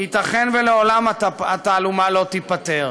ייתכן שלעולם התעלומה לא תיפתר,